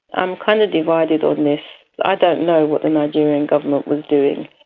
i'm kind of divided on this. i don't know what the nigerian government was doing.